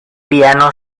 piano